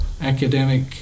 academic